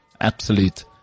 Absolute